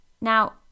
Now